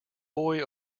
boy